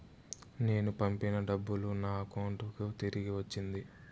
నేను పంపిన డబ్బులు నా అకౌంటు కి తిరిగి వచ్చింది